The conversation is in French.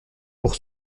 pour